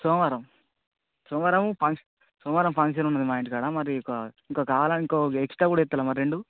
సోమవారం సోమవారం ఫంక్ష్ సోమవారం ఫంక్షన్ ఉన్నది మా ఇంటి కాడ మరీ ఒక ఇంకా కావాలనుకో ఎక్స్ట్రా కూడా ఇస్తారా మరి రెండు